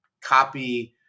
copy